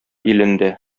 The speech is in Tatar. илендә